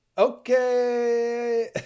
Okay